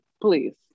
please